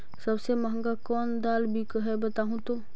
सबसे महंगा कोन दाल बिक है बताहु तो?